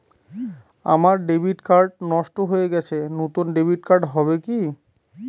আমার debit card নষ্ট হয়ে গেছে নূতন ডেবিট কার্ড হবে কি?